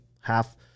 half